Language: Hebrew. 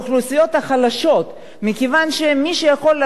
מכיוון שמי שיכול להרשות לעצמו ללכת לחנות יקרה